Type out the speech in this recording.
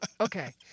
Okay